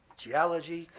geology,